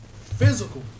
physical